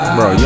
Bro